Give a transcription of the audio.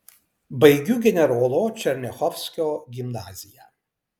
baigiu generolo černiachovskio gimnaziją